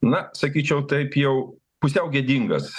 na sakyčiau taip jau pusiau gėdingas